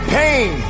pain